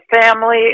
Family